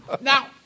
Now